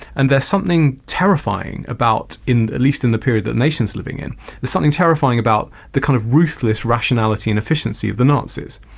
and there's something terrifying about at least in the period that nation's living in there's something terrifying about the kind of ruthless rationality and efficiency of the nazis.